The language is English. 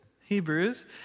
Hebrews